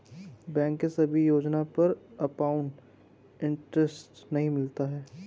bank के सभी योजना पर कंपाउड इन्टरेस्ट नहीं मिलता है